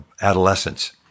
adolescence